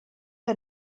que